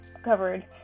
covered